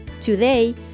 Today